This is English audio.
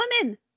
women